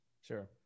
Sure